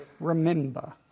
remember